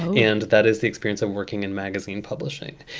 and that is the experience of working in magazine publishing.